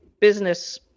business